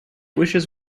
wishes